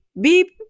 beep